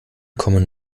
kommen